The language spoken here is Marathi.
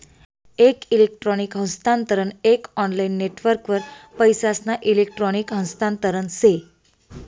एक इलेक्ट्रॉनिक हस्तांतरण एक ऑनलाईन नेटवर्कवर पैसासना इलेक्ट्रॉनिक हस्तांतरण से